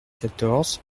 quatorze